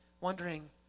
wondering